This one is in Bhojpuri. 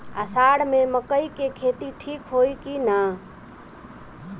अषाढ़ मे मकई के खेती ठीक होई कि ना?